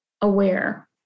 aware